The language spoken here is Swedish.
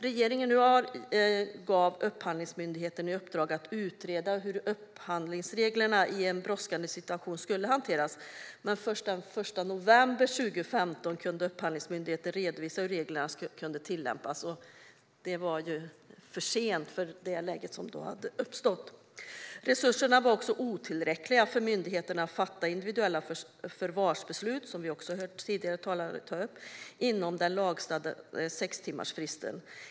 Regeringen gav Upphandlingsmyndigheten i uppdrag att utreda hur upphandlingsreglerna skulle hanteras i en brådskande situation. Men först den 1 november 2015 kunde Upphandlingsmyndigheten redovisa hur reglerna kunde tillämpas. Och det var för sent, med tanke på läget. Resurserna var också otillräckliga för myndigheterna när det gäller att fatta individuella förvarsbeslut inom den lagstadgade sextimmarsfristen, vilket också har tagits upp av tidigare talare.